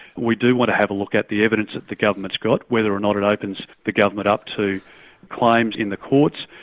we do want to have a look at the evidence that the government's got whether or not it opens the government up to claims in the courts,